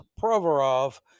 Provorov